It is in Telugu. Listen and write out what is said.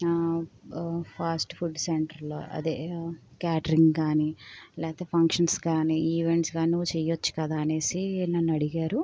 ఫాస్ట్ ఫుడ్ సెంటర్లు అదే క్యాటరింగ్ కాని లేదా ఫంక్షన్స్ కానీ ఈవెంట్స్ కానీ చేయవచ్చు కదా అనేసి నన్ను అడిగారు